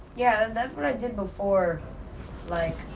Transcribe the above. yeah, that's what i did before like